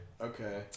Okay